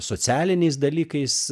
socialiniais dalykais